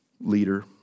leader